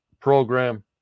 program